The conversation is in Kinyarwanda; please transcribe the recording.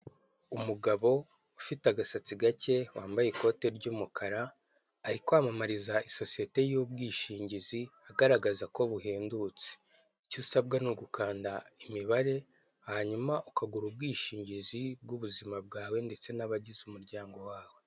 Umugabo ufite agasatsi gake wambaye ikote ry'umukara, ari kwamamaza sosiyete y'ubwishingizi agaragaza ko buhendutse.